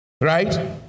Right